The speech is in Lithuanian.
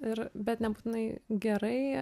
ir bet nebūtinai gerai